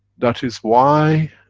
that is why,